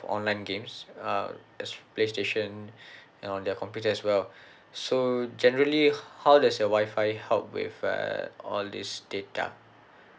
online games uh as playstation and on their computers as well so generally how does your wi-fi help with err all these data